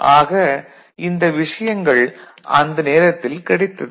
ஆக இந்த விஷயங்கள் அந்த நேரத்தில் கிடைத்தது